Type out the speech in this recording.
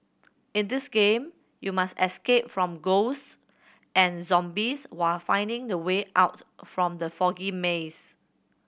in this game you must escape from ghosts and zombies while finding the way out from the foggy maze